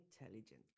intelligent